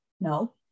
No